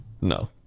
No